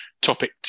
topic